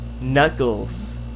knuckles